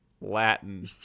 latin